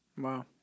Wow